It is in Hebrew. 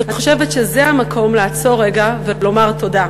חושבת שזה המקום לעצור רגע ולומר תודה.